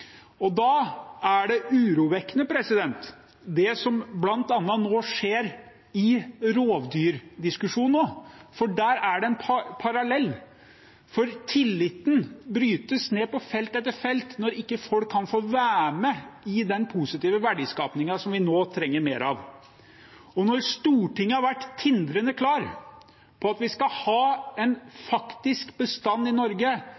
skogen. Da er det som bl.a. nå skjer i rovdyrdiskusjonen, urovekkende, for det er en parallell. Tilliten brytes ned på felt etter felt når ikke folk kan få være med i den positive verdiskapingen som vi nå trenger mer av. Når Stortinget har vært tindrende klar på at vi skal ha en faktisk bestand i Norge